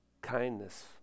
Kindness